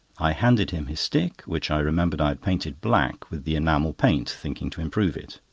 i handed him his stick, which i remembered i had painted black with the enamel paint, thinking to improve it.